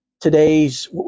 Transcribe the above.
today's